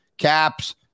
caps